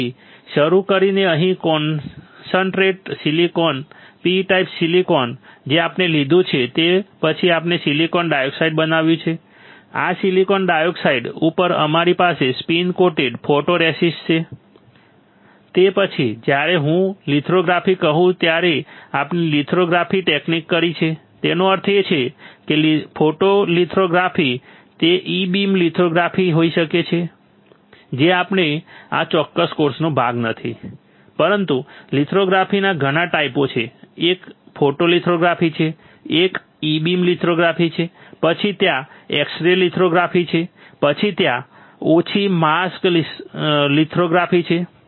અહીંથી શરૂ કરીને અહીં concentrate silicon P type silicon જે આપણે લીધું છે તે પછી આપણે સિલિકોન ડાયોક્સાઇડ બનાવ્યું છે આ સિલિકોન ડાયોક્સાઇડ ઉપર અમારી પાસે સ્પિન કોટેડ ફોટોરેસિસ્ટ છે તે પછી જ્યારે પણ હું લિથોગ્રાફી કહું ત્યારે આપણે લિથોગ્રાફી ટેકનિક કરી છે તેનો અર્થ એ છે કે ફોટોલિથોગ્રાફી તે E બીમ લિથોગ્રાફી હોઈ શકે છે જે આપણે આ ચોક્કસ કોર્સનો ભાગ નથી પરંતુ લિથોગ્રાફીના ઘણા ટાઈપો છે એક ફોટોલિથોગ્રાફી છે એક E બીમ લિથોગ્રાફી છે પછી ત્યાં એક્સ રે લિથોગ્રાફી છે પછી ત્યાં ઓછી માસ્ક લિથોગ્રાફી છે